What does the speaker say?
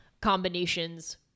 combinations